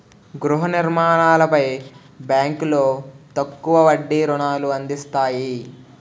గృహ నిర్మాణాలపై బ్యాంకులో తక్కువ వడ్డీ రుణాలు అందిస్తాయి